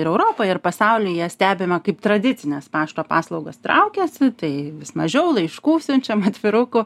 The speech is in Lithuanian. ir europoje ir pasaulyje stebime kaip tradicinės pašto paslaugos traukiasi tai vis mažiau laiškų siunčiam atvirukų